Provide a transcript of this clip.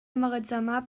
emmagatzemar